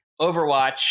overwatch